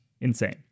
insane